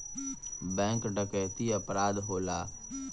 bank डकैती अपराध होला